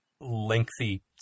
lengthy